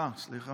אה, סליחה.